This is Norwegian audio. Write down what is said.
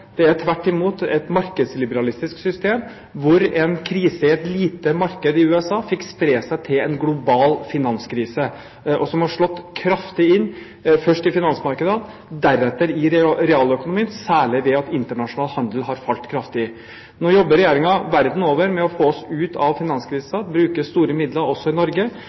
er tvert imot et markedsliberalistisk system, hvor en krise i et lite marked i USA fikk spre seg til en global finanskrise, som har slått kraftig inn, først i finansmarkedene, deretter i realøkonomien, særlig ved at internasjonal handel har falt kraftig. Nå jobber Regjeringen verden over med å få oss ut av finanskrisen, og bruker store midler også i Norge